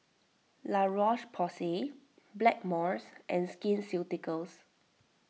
La Roche Porsay Blackmores and Skin Ceuticals